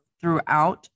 throughout